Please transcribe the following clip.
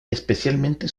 especialmente